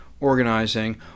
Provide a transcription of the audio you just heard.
organizing